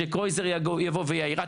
שקרויזר יבוא ויעיר,